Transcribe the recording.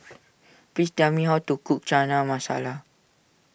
please tell me how to cook Chana Masala